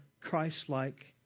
Christ-like